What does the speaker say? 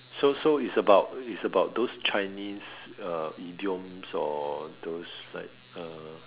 so so is about is about those Chinese uh idioms or those like uh